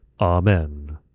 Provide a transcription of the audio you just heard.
Amen